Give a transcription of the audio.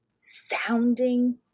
sounding